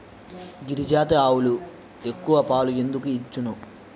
గిరిజాతి ఆవులు ఎక్కువ పాలు ఎందుకు ఇచ్చును?